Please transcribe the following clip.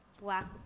black